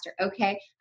Okay